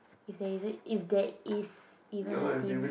is there is it is there is even a team